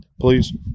Please